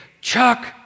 Chuck